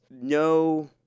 no